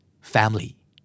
family